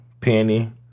Penny